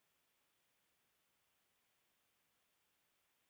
Merci